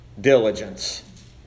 diligence